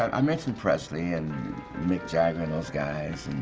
i mentioned presley and mick jagger and those guys,